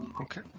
Okay